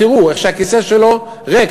תראו איך שהכיסא שלו ריק,